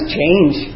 change